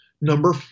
number